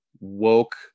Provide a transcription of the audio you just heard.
woke